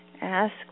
ask